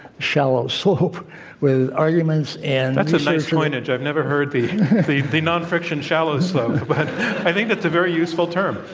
shallow slope with arguments and that's a nice coinage. i've never heard the the non-friction shallow slope, but i think that's a very useful term.